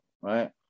right